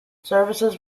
services